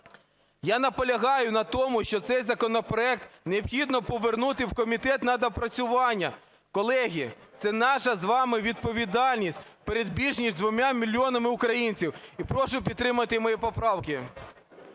Я наполягаю на тому, що цей законопроект необхідно повернути в комітет на доопрацювання. Колеги, це наша з вами відповідальність перед більш ніж 2 мільйонами українців. І прошу підтримати мої поправки.